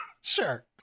Sure